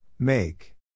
Make